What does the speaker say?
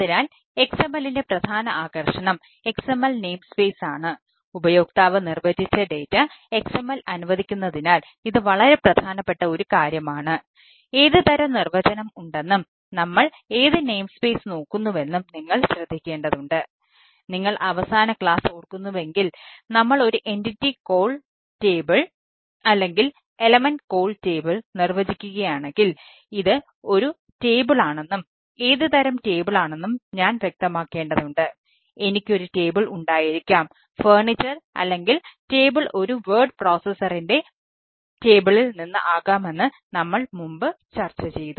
അതിനാൽ XML ന്റെ പ്രധാന ആകർഷണം XML നെയിംസ്പേസ് നിന്ന് ആകാമെന്ന് നമ്മൾ മുമ്പ് ചർച്ച ചെയ്തു